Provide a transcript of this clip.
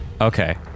Okay